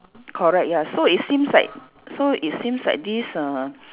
correct ya so it seems like so it seems like this uh